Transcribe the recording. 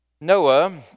Noah